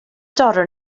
daughter